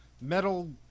metal